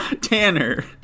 Tanner